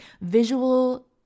visual